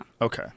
Okay